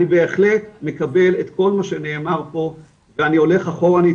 אני בהחלט מקבל את כל מה שנאמר פה ואני הולך אחורנית,